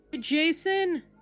Jason